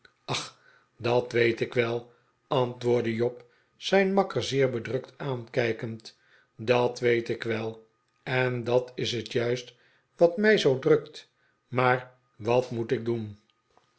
ach dat weet ik wel antwoordde job zijn makker zeer bedrukt aankijkend dat weet ik wel en dat is het juist wat mij zoo drukt maar wat moet ik doen